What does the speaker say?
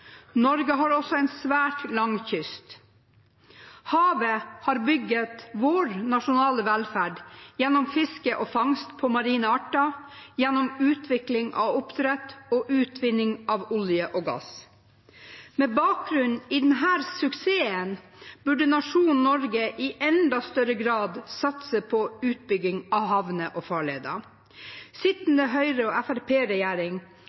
Norge har også en svært lang kyst. Havet har bygd vår nasjonale velferd, gjennom fiske og fangst på marine arter, gjennom utvikling av oppdrett og utvinning av olje og gass. Med bakgrunn i denne suksessen burde nasjonen Norge i enda større grad satse på utbygging av havner og farleder.